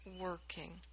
working